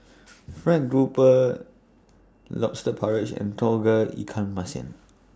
Fried Grouper Lobster Porridge and Tauge Ikan Masin